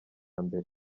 mbere